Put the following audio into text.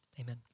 amen